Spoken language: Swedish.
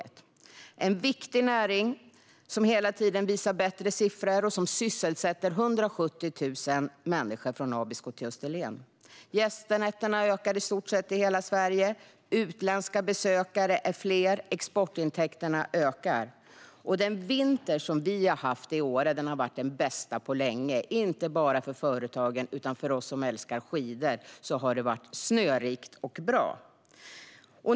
Det är en viktig näring som hela tiden visar bättre siffror och som sysselsätter 170 000 människor från Abisko till Österlen. Gästnätterna ökar i stort sett i hela Sverige, de utländska besökarna blir fler och exportintäkterna ökar. Den vinter vi har haft i Åre har varit den bästa på länge, och inte bara för företagen. För oss som älskar skidåkning har det varit snörikt och bra.